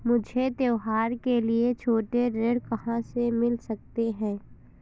मुझे त्योहारों के लिए छोटे ऋण कहाँ से मिल सकते हैं?